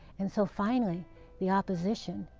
and so finally the opposition,